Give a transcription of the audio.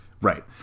Right